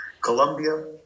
Colombia